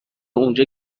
اونجا